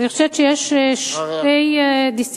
אני חושבת שיש שתי דיסציפלינות